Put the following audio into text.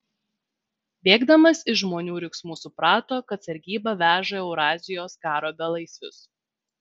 bėgdamas iš žmonių riksmų suprato kad sargyba veža eurazijos karo belaisvius